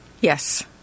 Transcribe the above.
Yes